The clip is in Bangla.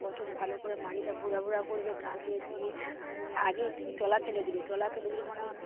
প্রথমে ভালো করে মাটিটা ভুড়া ভুড়া করবে তাতে দিয়ে আগে তুমি তলা ফেলে দেবে তলা ফেলে দিলে মনে মনে